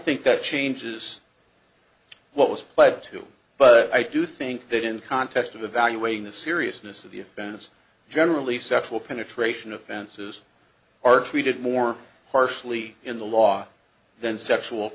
think that changes what was pled to but i do think that in context of evaluating the seriousness of the offense generally sexual penetration offenses are treated more harshly in the law then sexual